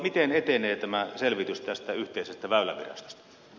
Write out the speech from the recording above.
miten etenee tämä selvitys tästä yhteisestä väylävirastosta